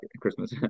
Christmas